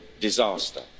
disaster